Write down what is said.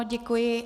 Děkuji.